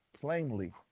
plainly